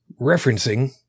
referencing